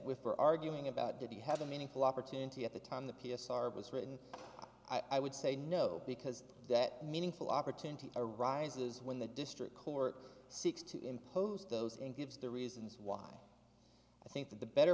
with her arguing about did he have a meaningful opportunity at the time the p s r was written i would say no because that meaningful opportunity arises when the district court seeks to impose those and gives the reasons why i think that the better